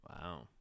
wow